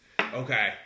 Okay